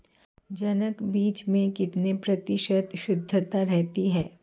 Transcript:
जनक बीज में कितने प्रतिशत शुद्धता रहती है?